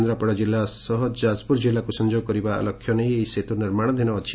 କେନ୍ଦ୍ରାପଡ଼ା ଜିଲ୍ଲା ସହ ଯାଜପୁର ଜିଲ୍ଲାକୁ ସଂଯୋଗ କରିବା ଲକ୍ଷ୍ୟ ନେଇ ଏହି ସେତୁ ନିର୍ମାଣାଧୀନ ଅଛି